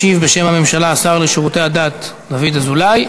ישיב בשם הממשלה השר לשירותי דת דוד אזולאי.